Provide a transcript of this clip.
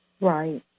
right